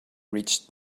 reached